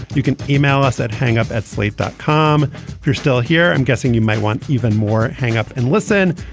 you can email us at hang-up at slate dot com if you're still here. i'm guessing you might want even more. hang up and listen.